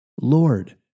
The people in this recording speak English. Lord